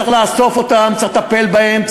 צריך לאסוף אותם, צריך לטפל בהם.